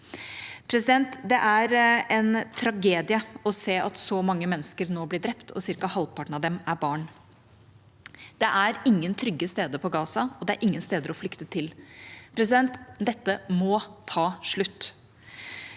Det er en tragedie å se at så mange mennesker nå blir drept, og at ca. halvparten av dem er barn. Det er ingen trygge steder på Gaza, og det er ingen steder å flykte til. Dette må ta slutt.